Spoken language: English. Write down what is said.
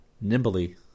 Nimbly